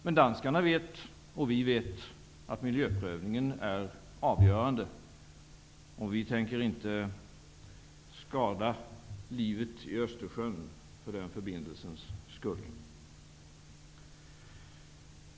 Men danskarna och vi vet att miljöprövningen är avgörande. Vi tänker inte skada livet i Östersjön för den förbindelsens skull.